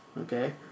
Okay